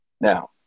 now